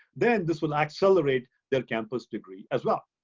then this will accelerate their campus degree as well.